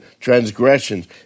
transgressions